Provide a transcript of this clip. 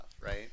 right